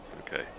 okay